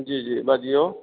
जी जी बजियो